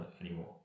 anymore